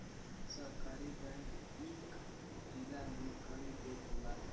सहकारी बैंक इक जिला में कई गो होला